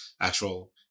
actual